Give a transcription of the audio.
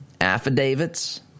affidavits